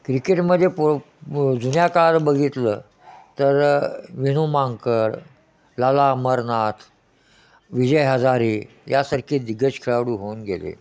क्रिकेटमध्ये पो जुन्या काळ बघितलं तर विनू मांकड लाला अमरनाथ विजय हजारे यासारखे दिग्गज खेळाडू होऊन गेले